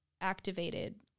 activated